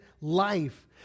life